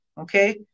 okay